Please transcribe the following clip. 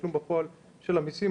תשלום בפועל של המיסים,